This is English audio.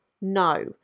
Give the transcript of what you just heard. no